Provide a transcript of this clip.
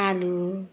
आलु